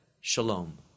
Shalom